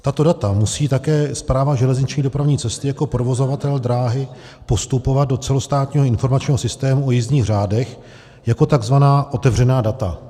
Tato data musí také Správa železniční dopravní cesty jako provozovatel dráhy postupovat do celostátního informačního systému o jízdních řádech jako takzvaná otevřená data.